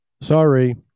Sorry